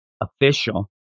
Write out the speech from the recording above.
official